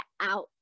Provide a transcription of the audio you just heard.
out